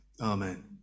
amen